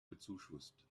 bezuschusst